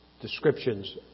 descriptions